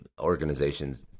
organizations